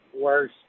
worse